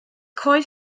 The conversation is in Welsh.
coed